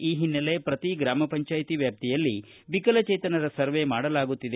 ಈ ಹಿನ್ನೆಲೆ ಪ್ರತಿ ಗ್ರಾಮ ಪಂಚಾಯತಿ ವ್ಯಾಪ್ತಿಯಲ್ಲಿ ವಿಕಲಚೇತನರ ಸರ್ವೆ ಮಾಡಲಾಗುತ್ತಿದೆ